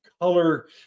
color